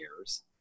years